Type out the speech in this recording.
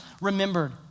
remembered